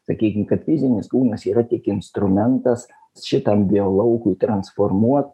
sakykim kad fizinis kūnas yra tik instrumentas šitam biolaukui transformuot